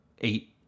eight